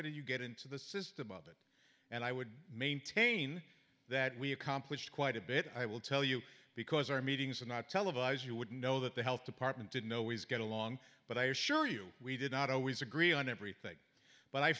it and you get into the system of it and i would maintain that we accomplished quite a bit i will tell you because our meetings are not televised you would know that the health department did know was get along but i assure you we did not always agree on everything but i